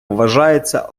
вважається